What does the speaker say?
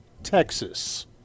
Texas